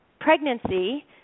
pregnancy